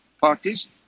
parties